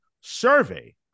survey